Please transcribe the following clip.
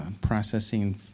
processing